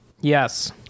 Yes